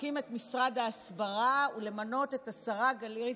להקים את משרד ההסברה ולמנות את השרה גלית